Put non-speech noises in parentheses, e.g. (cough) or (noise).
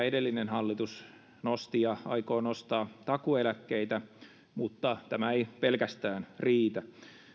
(unintelligible) edellinen hallitus nosti ja tämä hallitus aikoo nostaa takuueläkkeitä mutta tämä ei pelkästään riitä